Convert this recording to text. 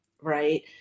right